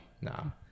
no